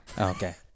Okay